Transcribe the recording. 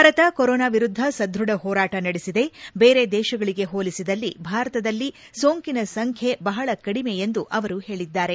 Bharat corona ವಿರುದ್ದ ಸದೃಢ ಹೋರಾಟ ನಡೆಒದೆ ಬೇರೆ ದೇಶಗಳಿಗೆ ಹೋಲಿಸಿದಲ್ಲಿ ಭಾರತದಲ್ಲಿ ಸೋಂಕಿನ ಸಂಖ್ಯೆ ಬಹಳ ಕಡಿಮೆ ಎಂದು ಅವರು ಹೇಳದ್ದಾರೆ